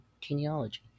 genealogy